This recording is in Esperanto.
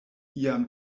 iam